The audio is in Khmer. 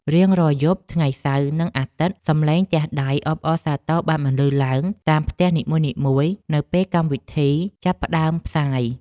រៀងរាល់យប់ថ្ងៃសៅរ៍និងអាទិត្យ សំឡេងទះដៃអបអរសាទរបានបន្លឺឡើងតាមផ្ទះនីមួយៗនៅពេលកម្មវិធីចាប់ផ្តើមផ្សាយ។